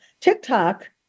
TikTok